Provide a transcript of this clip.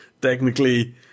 technically